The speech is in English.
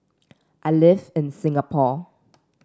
I live in Singapore